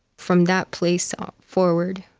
from that place um forward.